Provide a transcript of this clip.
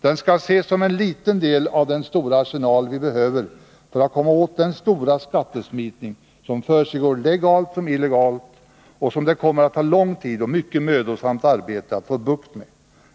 Den skall ses som en liten del 31 av den stora arsenal vi behöver för att komma åt den stora skattesmitning som försiggår legalt såväl som illegalt och som det kommer att ta lång tid och mycket mödosamt arbete att få bukt med.